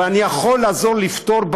אבל אני יכול לעזור לפתור,